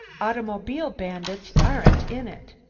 automobile bandits aren't in it.